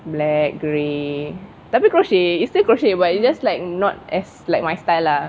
black grey tapi crochet it's still crochet but it's just like not as like my style lah